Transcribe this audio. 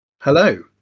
Hello